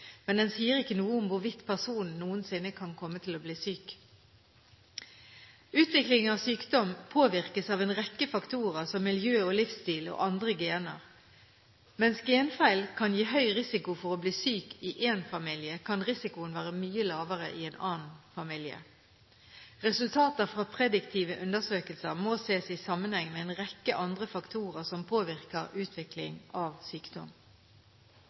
men den sier ikke noe om hvorvidt personen noensinne kan komme til å bli syk. Utvikling av sykdom påvirkes av en rekke faktorer som miljø og livsstil og andre gener. Mens genfeil kan gi høy risiko for å bli syk i én familie, kan risikoen være mye lavere i en annen familie. Resultater fra prediktive undersøkelser må ses i sammenheng med en rekke andre faktorer som påvirker utvikling av sykdom.